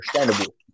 understandable